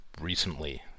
recently